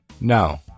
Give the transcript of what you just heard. No